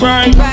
Right